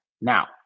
Now